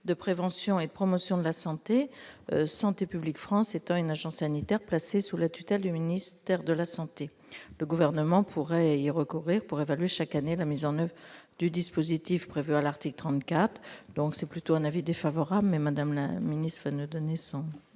de prévention et de promotion de la santé. Santé publique France étant une agence sanitaire placée sous la tutelle du ministère de la santé, le Gouvernement pourrait y recourir pour évaluer chaque année la mise en oeuvre du dispositif prévu à l'article 34. La commission est donc plutôt défavorable à cet amendement, mais Mme la ministre va nous donner son